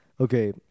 Okay